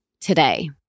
today